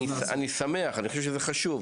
אני שמח, אני חושב שזה חשוב.